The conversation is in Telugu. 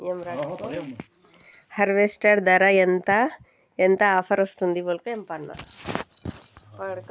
హార్వెస్టర్ ధర ఎంత ఎంత ఆఫర్ వస్తుంది?